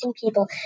people